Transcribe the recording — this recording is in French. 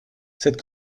cette